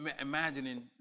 imagining